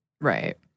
right